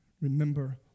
remember